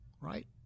right